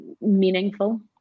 meaningful